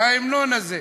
ההמנון הזה.